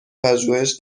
پژوهش